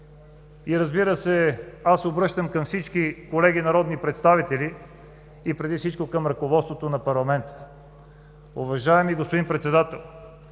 Аз се обръщам към всички колеги народни представители и преди всичко към ръководството на парламента: уважаеми господин Председател,